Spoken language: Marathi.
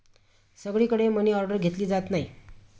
सगळीकडे मनीऑर्डर घेतली जात नाही